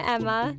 Emma